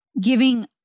giving